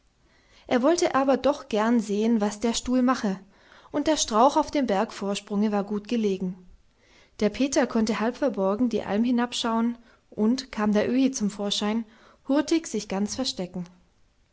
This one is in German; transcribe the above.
er wollte aber doch gern sehen was der stuhl mache und der strauch auf dem bergvorsprunge war gut gelegen der peter konnte halb verborgen die alm hinabschauen und kam der öhi zum vorschein hurtig sich ganz verstecken